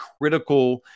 critical